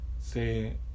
say